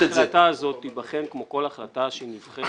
ההחלטה הזו תיבחן כמו כל החלטה שנבחנת